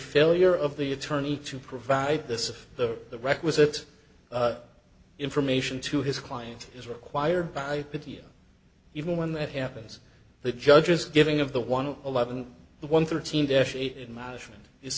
failure of the attorney to provide this if the the requisite information to his client is required by video even when that happens the judge is giving of the one of eleven the one thirteen their shape in management is